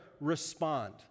respond